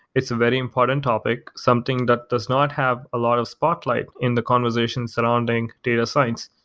it's a very important topic, something that does not have a lot of spotlight in the conversation surrounding data science.